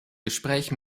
gespräch